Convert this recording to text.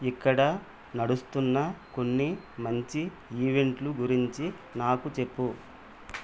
ఇక్కడ నడుస్తున్న కొన్ని మంచి ఈవెంట్లు గురించి నాకు చెప్పు